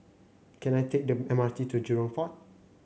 can I take the M R T to Jurong Port